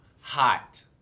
hot